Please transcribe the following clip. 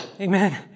Amen